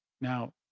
Now